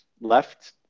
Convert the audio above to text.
Left